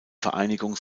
vereinigung